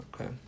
Okay